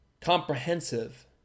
comprehensive